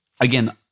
again